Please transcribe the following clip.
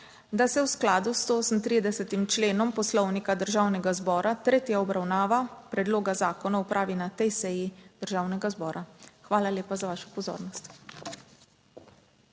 da se v skladu s 38. členom Poslovnika Državnega zbora tretja obravnava predloga zakona opravi na tej seji Državnega zbora. Hvala lepa za vašo pozornost.